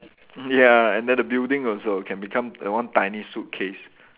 ya and then the building also can become a one tiny suitcase